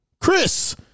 Chris